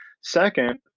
second